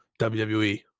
WWE